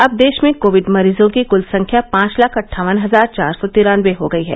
अब देश में कोविड मरीजों की कृल संख्या पांच लाख अट्ठावन हजार चार सौ तिरान्नवे हो गई है